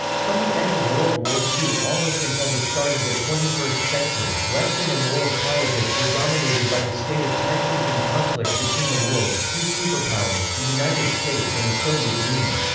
from the end of world war ii almost until the start of the twenty first century, western and world politics were dominated by the state of tensions and conflict between the world's two superpowers, the united states and the soviet union.